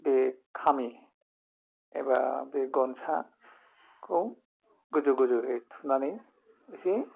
बे खामि एबा बे गनसाखौ गोजौ गोजौयै थुनानै एसे